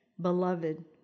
Beloved